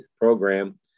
program